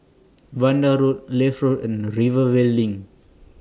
Vanda Road Leith Road and Rivervale LINK